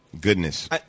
goodness